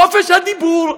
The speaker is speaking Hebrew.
חופש הדיבור.